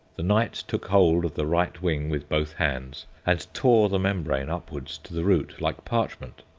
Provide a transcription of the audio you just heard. the knight took hold of the right wing with both hands and tore the membrane upwards to the root, like parchment.